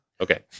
Okay